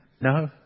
No